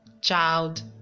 child